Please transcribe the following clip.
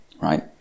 Right